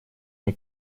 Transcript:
мне